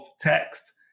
text